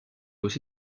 aussi